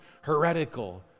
heretical